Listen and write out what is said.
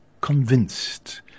convinced